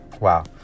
wow